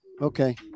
Okay